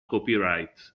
copyright